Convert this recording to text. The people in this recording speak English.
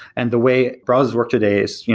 and the way browsers work today, so yeah